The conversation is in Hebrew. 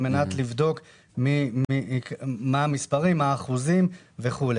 כדי לבדוק מה המספרים ומה האחוזים וכו'.